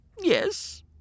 Yes